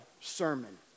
sermon